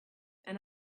and